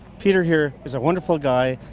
peter here is a wonderful guy,